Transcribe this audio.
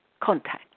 contact